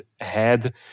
ahead